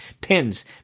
pins